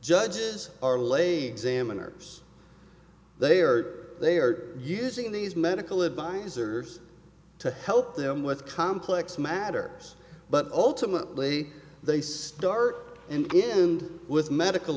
nurse they are they are using these medical advisors to help them with complex matter but ultimately they start and end with medical